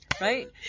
Right